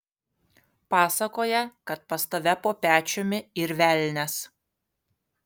pasakoja kad pas tave po pečiumi yr velnias